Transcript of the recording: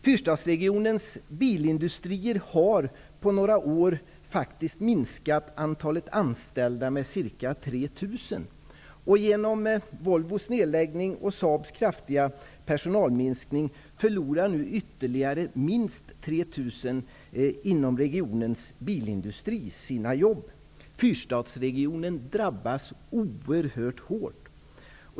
Fyrstadsregionens bilindustrier har på några år faktiskt minskat antalet anställda med ca 3 000. Fyrstadsregionen drabbas oerhört hårt.